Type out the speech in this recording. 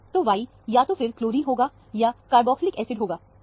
तो Y या तो फिर क्लोरीन होगा या फिर carboxylic acid chlorine or carboxylic acid होगा